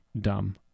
dumb